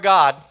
God